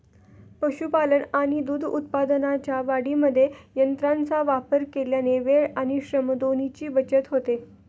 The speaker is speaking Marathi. पशुपालन आणि दूध उत्पादनाच्या वाढीमध्ये यंत्रांचा वापर केल्याने वेळ आणि श्रम दोन्हीची बचत होते